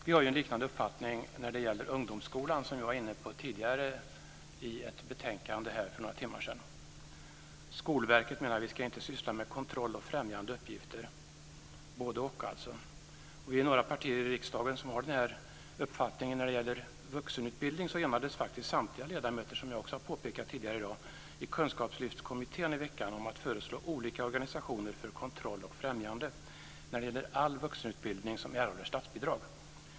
Vi har en liknande uppfattning när det gäller ungdomsskolan, som jag var inne på tidigare när vi diskuterade ett annat betänkande här för några timmar sedan. Vi menar att Skolverket inte ska syssla med kontroll och främjande uppgifter, alltså inte båda. Vi är några partier i riksdagen som har den här uppfattningen. När det gäller vuxenutbildning enades faktiskt samtliga ledamöter, vilket jag också har påpekat tidigare i dag, i Kunskapslyftskommittén i veckan om att föreslå olika organisationer för kontroll och främjande när det gäller all vuxenutbildning som erhåller statsbidrag.